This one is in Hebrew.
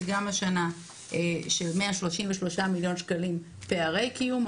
גם השנה של 133 מיליון שקלים פערי קיום,